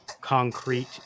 concrete